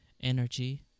energy